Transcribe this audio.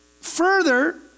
Further